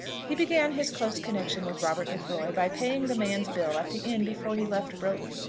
he began his close connection with robert lefroy by paying the man's bill at the inn before he left broughton,